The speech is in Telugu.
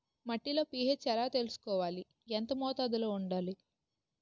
మట్టిలో పీ.హెచ్ ఎలా తెలుసుకోవాలి? ఎంత మోతాదులో వుండాలి?